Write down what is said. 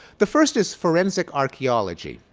the first is forensic archeology.